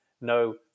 no